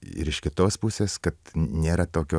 ir iš kitos pusės kad nėra tokio